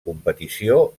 competició